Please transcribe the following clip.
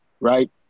right